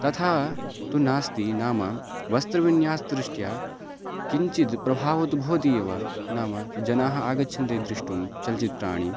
तथा तु नास्ति नाम वस्त्रविन्यासदृष्ट्या किञ्चिद् प्रभावं तु भवति एव नाम जनाः आगच्छन्ति द्रष्टुं चलचित्राणि